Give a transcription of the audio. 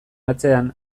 atzean